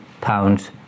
pounds